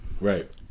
Right